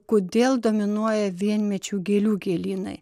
kodėl dominuoja vienmečių gėlių gėlynai